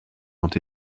ont